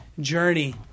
journey